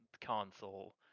console